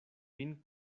vin